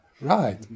right